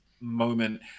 moment